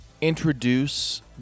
Introduce